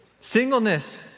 Singleness